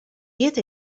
hjit